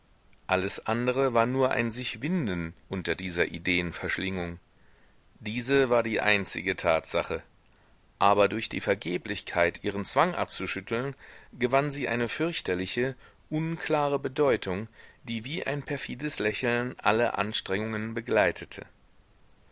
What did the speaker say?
alles andere war nur ein sich winden unter dieser ideenverschlingung diese war die einzige tatsache aber durch die vergeblichkeit ihren zwang abzuschütteln gewann sie eine fürchterliche unklare bedeutung die wie ein perfides lächeln alle anstrengungen begleitete